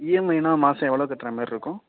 இஎம்ஐன்னா மாதம் எவ்வளோ கட்டுற மாதிரி இருக்கும்